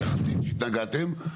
התנגדתם.